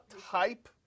Type